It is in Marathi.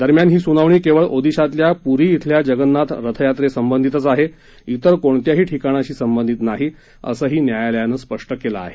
दरम्यान ही सुनावणी केवळ ओदिशातल्या प्री इथल्या रथयात्रेशीच संबंधित आहे इतर कोणत्याही ठिकाणाशी संबंधित नाही असंही न्यायालयानं स्पष्ट केलं आहे